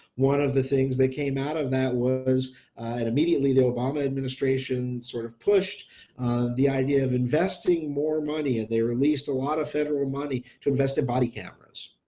one of the things that came out of that was immediately the obama administration sort of pushed the idea of investing more money and they released a lot of federal money to invest in body cameras